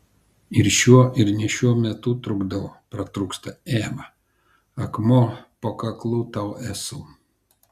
ir šiuo ir ne šiuo metu trukdau pratrūksta eva akmuo po kaklu tau esu